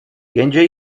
jenže